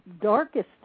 darkest